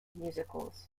musicals